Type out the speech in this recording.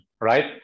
right